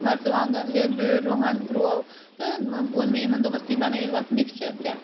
مَرژٕوانٛگَن لیٚدٕر رۄہَن ترٛوو تہٕ ووٚن مےٚ یِمَن دوٚپمَس تُہۍ بَنٲیِو اَتھ مِکِسچَر کیٛاہ